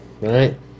right